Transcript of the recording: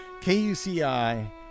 KUCI